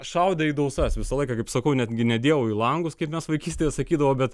šaudė į dausas visą laiką kaip sakau netgi ne dievui į langus kaip mes vaikystėje sakydavo bet